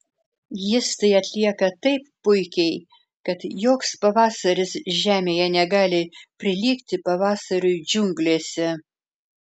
jis tai atlieka taip puikiai kad joks pavasaris žemėje negali prilygti pavasariui džiunglėse